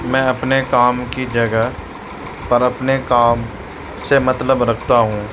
میں اپنے کام کی جگہ پر اپنے کام سے مطلب رکھتا ہوں